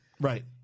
Right